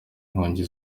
inkongi